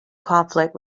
conflict